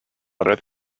are